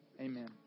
Amen